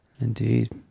Indeed